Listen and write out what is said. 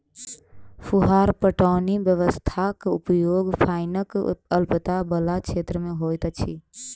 फुहार पटौनी व्यवस्थाक उपयोग पाइनक अल्पता बला क्षेत्र मे होइत अछि